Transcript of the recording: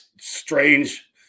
strange